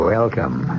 Welcome